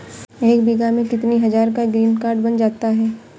एक बीघा में कितनी हज़ार का ग्रीनकार्ड बन जाता है?